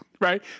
Right